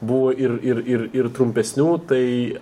buvo ir ir ir ir trumpesnių tai